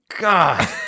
God